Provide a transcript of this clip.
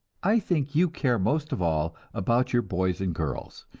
i think you care most of all about your boys and girls,